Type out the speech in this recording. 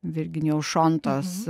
virgilijaus šontos